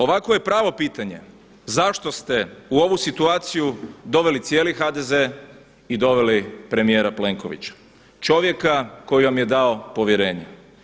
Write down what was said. Ovako je pravo pitanje, zašto ste u ovu situaciju doveli cijeli HDZ i doveli premijera Plenkovića, čovjeka koji vam je dao povjerenje?